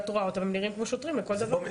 את רואה אותם והם נראים כמו שוטרים לכל דבר.